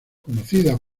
conocida